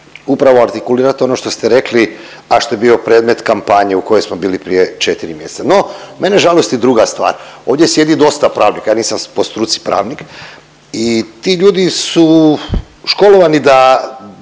upravo artikulirat ono što ste rekli, a što je bio predmet kampanje u kojoj smo bili prije četiri mjeseca. No, mene žalosti druga stvar, ovdje sjedi dosta pravnika, ja nisam po struci pravnik i ti ljudi su školovani da